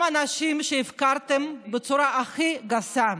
הם אנשים שהפקרתם בצורה הכי גסה.